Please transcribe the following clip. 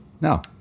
no